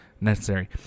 necessary